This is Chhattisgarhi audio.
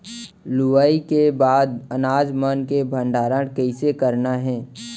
लुवाई के बाद अनाज मन के भंडारण कईसे करन?